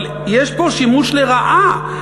אבל יש פה שימוש לרעה.